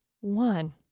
one